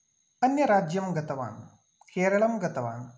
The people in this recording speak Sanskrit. अन्यराज्यं गतवान् केरलं गतवान्